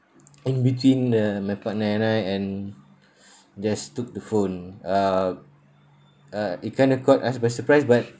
in between uh my partner and I and just took the phone uh uh it kind of caught us by surprise but